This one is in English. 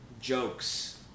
jokes